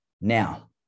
Now